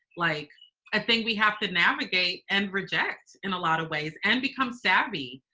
like i think we have to navigate, and reject, in a lot of ways and become savvy,